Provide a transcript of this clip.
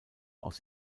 aus